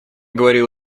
говорил